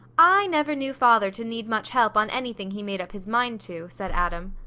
i never knew father to need much help on anything he made up his mind to, said adam.